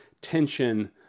tension